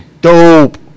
dope